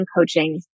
coaching